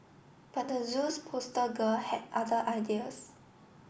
but the zoo's poster girl had other ideas